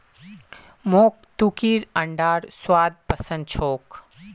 मोक तुर्कीर अंडार स्वाद पसंद छोक